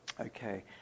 Okay